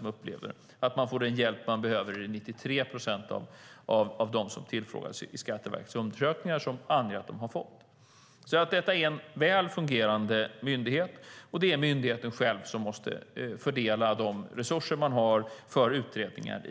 När det gäller att få den hjälp man behöver upplever 93 procent av de tillfrågade i Skatteverkets undersökningar att de har fått det. Detta är alltså en väl fungerande myndighet, och det är myndigheten själv som måste fördela de resurser den har för utredningar